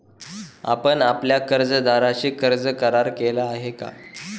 आपण आपल्या कर्जदाराशी कर्ज करार केला आहे का?